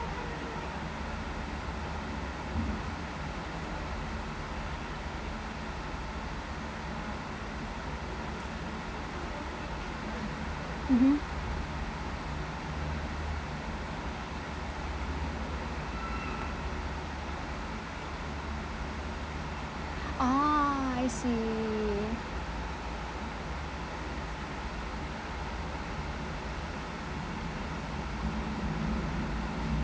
mmhmm ah I see